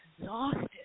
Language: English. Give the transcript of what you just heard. exhausted